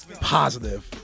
Positive